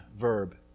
verb